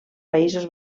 països